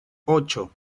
ocho